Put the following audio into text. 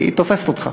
היא תופסת אותך.